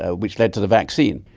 ah which led to the vaccine.